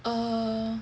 err